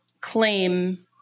claim